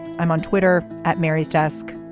i'm on twitter at mary's desk.